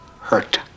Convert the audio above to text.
hurt